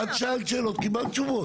את שאלת שאלות, קיבלת תשובות.